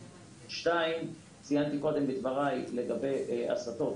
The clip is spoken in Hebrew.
שנית, ציינתי קודם בדבריי לגבי השפות.